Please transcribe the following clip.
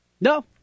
No